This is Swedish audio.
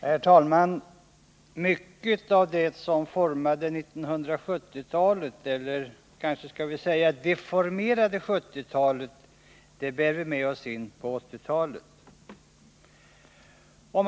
Herr talman! Mycket av det som formade 1970-talet, eller vi skall kanske säga deformerade 1970-talet, bär vi med oss in i 1980-talet.